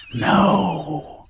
no